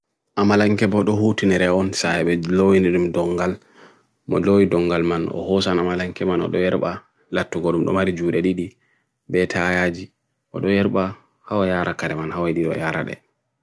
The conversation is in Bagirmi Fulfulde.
Amalanky bodo hootin nere on sa ewe loi nirim dongal, modoi dongal man hoosan amalanky man odoerba, latu gorm domari jure didi, bete ayaji, odoerba hawa yara kare man hawa idi wa yara de.